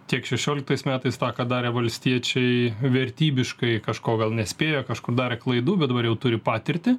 tiek šešioliktais metais tą ką darė valstiečiai vertybiškai kažko gal nespėjo kažkur darė klaidų bet dabar jau turi patirtį